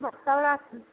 ଦଶଟା ବେଳେ ଆସ